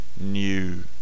new